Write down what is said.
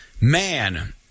man